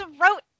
wrote